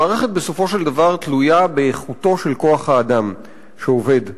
המערכת בסופו של דבר תלויה באיכותו של כוח-האדם שעובד בה.